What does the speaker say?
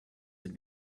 had